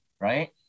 right